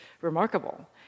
remarkable